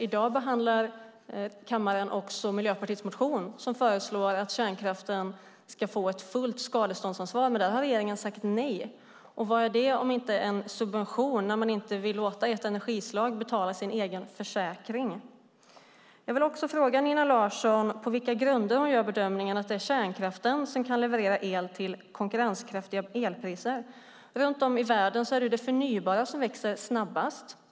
I dag behandlar kammaren också Miljöpartiets motion som föreslår att kärnkraften ska ha fullt skadeståndsansvar. Där har regeringen sagt nej. Vad är det om inte en subvention, när man inte vill låta ett energislag betala sin egen försäkring? Jag vill också fråga Nina Larsson på vilka grunder hon gör bedömningen att det är kärnkraften som kan leverera el till konkurrenskraftiga elpriser. Runt om i världen är det ju det förnybara som växer snabbast.